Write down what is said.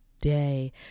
day